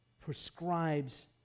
prescribes